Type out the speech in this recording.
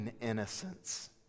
innocence